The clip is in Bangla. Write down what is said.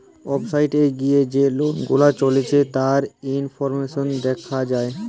ওয়েবসাইট এ গিয়ে যে লোন গুলা চলছে তার ইনফরমেশন দেখা যায়